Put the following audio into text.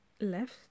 left